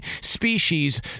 species